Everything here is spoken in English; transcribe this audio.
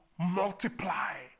Multiply